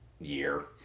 year